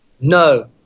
no